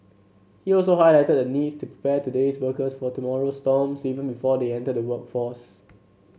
he also highlighted the needs to today's workers for tomorrow's storms even before they enter the workforce